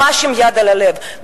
ממש עם יד על הלב,